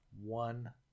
One